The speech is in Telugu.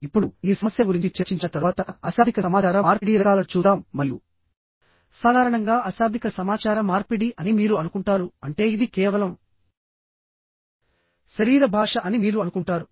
ఇప్పుడు ఈ సమస్యల గురించి చర్చించిన తరువాత అశాబ్దిక సమాచార మార్పిడి రకాలను చూద్దాం మరియు సాధారణంగా అశాబ్దిక సమాచార మార్పిడి అని మీరు అనుకుంటారు అంటే ఇది కేవలం శరీర భాష అని మీరు అనుకుంటారు